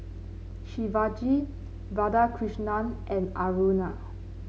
Shivaji Radhakrishnan and Aruna